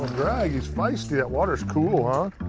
drag. he's feisty. that water is cool, huh?